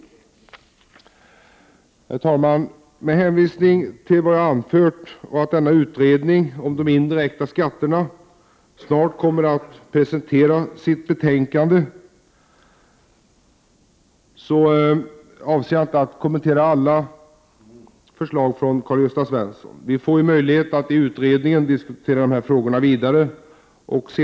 Herr talman! Med hänvisning till vad jag anfört och att utredningen om de indirekta skatterna snart kommer att presentera sitt betänkande avser jag inte att kommentera alla förslag från Karl-Gösta Svenson. Vi får möjlighet att i utredningen föra dessa frågor vidare.